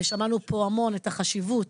שמענו פה המון את החשיבות